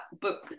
book